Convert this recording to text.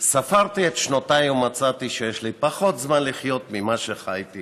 ספרתי את שנותיי ומצאתי שיש לי פחות זמן לחיות ממה שחייתי